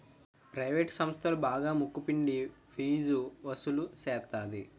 private సంస్థలు బాగా ముక్కు పిండి ఫీజు వసులు సేత్తది